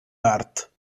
art